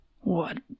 What